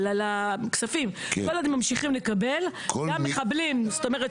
אבל כל עוד הם ממשיכים לקבל את הכספים --- כן,